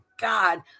God